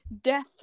death